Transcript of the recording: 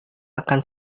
akan